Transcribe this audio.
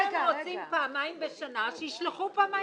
אם הם רוצים פעמיים בשנה, אז שישלחו פעמיים בשנה.